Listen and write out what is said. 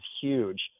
huge